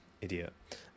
Idiot